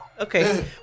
Okay